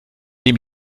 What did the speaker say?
dem